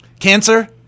Cancer